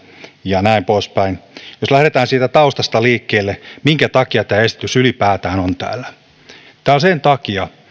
ja näin poispäin jos lähdetään siitä taustasta liikkeelle minkä takia tämä esitys ylipäätään on täällä tämä on täällä sen takia